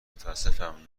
متاسفم